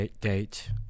date